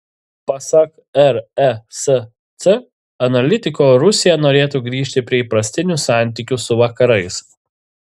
pasak resc analitiko rusija norėtų grįžti prie įprastinių santykių su vakarais